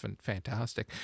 fantastic